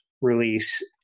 release